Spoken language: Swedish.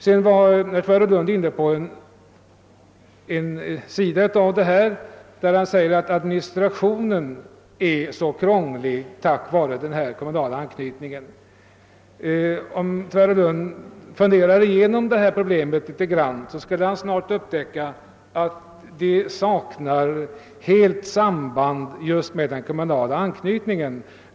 Sedan var herr Nilsson i Tvärålund inne på en annan sida av detta problem. Han säger att administrationen blir så krånglig på grund av denna anknytning. Om herr Nilsson funderar igenom detta problem, skulle han snart upptäcka att dessa svårigheter helt saknar samband med de kommunala bidragen.